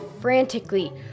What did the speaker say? frantically